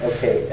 Okay